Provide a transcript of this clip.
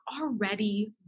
already